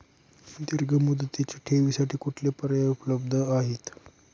दीर्घ मुदतीच्या ठेवींसाठी कुठले पर्याय उपलब्ध आहेत?